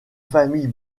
famille